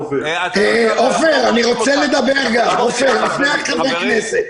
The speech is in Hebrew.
אני רוצה לדבר לפני חברי הכנסת.